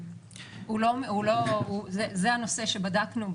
זה הנושא שבדקנו.